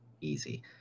easy